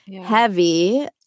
heavy